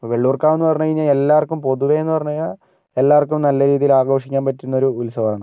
വെള്ളൂർക്കാവെന്ന് പറഞ്ഞ് കഴിഞ്ഞാൽ എല്ലാവർക്കും പൊതുവെയെന്ന് പറഞ്ഞുകഴിഞ്ഞാൽ എല്ലാവർക്കും നല്ല രീതിയിൽ ആഘോഷിക്കാൻ പറ്റുന്ന ഒരു ഉത്സവമാണ്